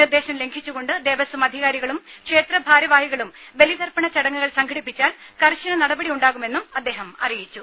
നിർദേശം ലംഘിച്ചു കൊണ്ട് ദേവസ്വം അധികാരികളും ക്ഷേത്രഭാരവാഹികളും ബലിതർപ്പണ ചടങ്ങുകൾ സംഘടിപ്പിച്ചാൽ കർശന നടപടിയുണ്ടാകുമെന്നും അദ്ദേഹം അറിയിച്ചു